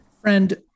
Friend